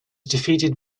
defeated